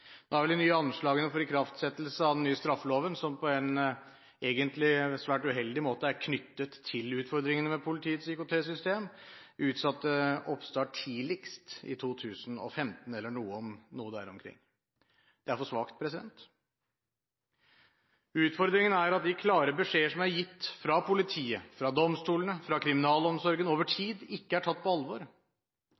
Nå er de nye anslagene for ikraftsettelse av den nye straffeloven – som på en svært uheldig måte er knyttet til utfordringene med politiets IKT-system – utsatt til oppstart tidligst i 2015 eller noe der omkring. Det er for svakt. Utfordringen er at de klare beskjeder som over tid er gitt fra politiet, fra domstolene og fra kriminalomsorgen,